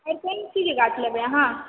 आओर कोन चीज के गाछ लेबै अहाँ